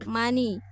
money